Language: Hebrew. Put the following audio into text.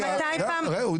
הקראנו